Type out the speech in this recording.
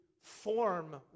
form